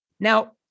Now